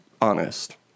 honest